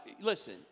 listen